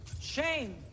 Shame